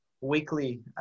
weekly